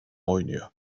oynuyor